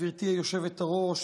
גברתי היושבת-ראש,